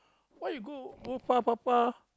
why you go go far far far